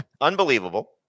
unbelievable